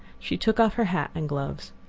she took off her hat and gloves.